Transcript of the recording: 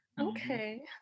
okay